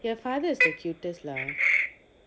your father is the cutest lah